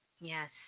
Yes